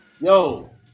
Yo